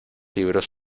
libros